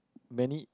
many